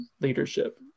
leadership